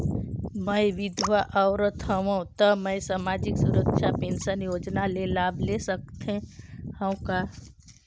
मैं विधवा औरत हवं त मै समाजिक सुरक्षा पेंशन योजना ले लाभ ले सकथे हव का?